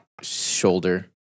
shoulder